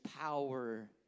power